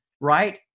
Right